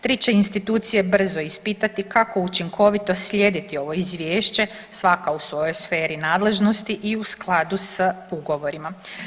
Tri će institucije brzo ispitati kako učinkovito slijediti ovo izvješće svaka u svojoj sferi nadležnosti i u skladu s ugovorima.